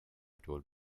told